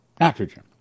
Nitrogen